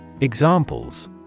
Examples